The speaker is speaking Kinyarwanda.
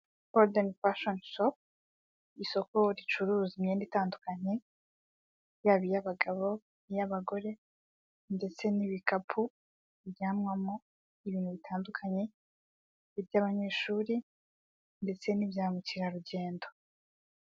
Godeni fashoni shopu, isoko ricuruza imyenda itandukanye, yaba iy'abagabo iy'abagore, ndetse n'ibikapu bijyanwamo ibintu bitandukanye, iby'abanyeshuri ndetse n'ibya mukerarugendo.